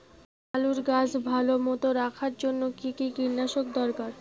আলুর গাছ ভালো মতো রাখার জন্য কী কী কীটনাশক দরকার?